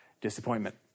disappointment